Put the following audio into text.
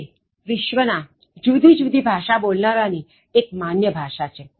તે વિશ્ચ ના જુદી જુદી ભાષા બોલનારા ની એક માન્ય ભાષા છે